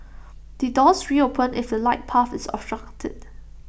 the doors reopen if the light path is obstructed